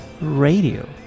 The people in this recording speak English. radio